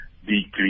decrease